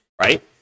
Right